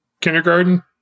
kindergarten